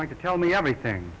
to tell me everything